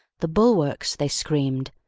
the bulwarks! they screamed.